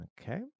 Okay